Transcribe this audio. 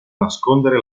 nascondere